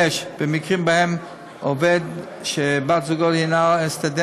5. במקרים שבהם עובד שבת-זוגו היא סטודנטית,